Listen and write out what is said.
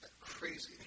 crazy